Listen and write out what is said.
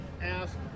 ask